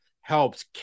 helps